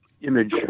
image